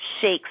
shakes